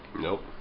Nope